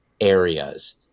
areas